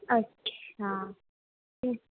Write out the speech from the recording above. اچھا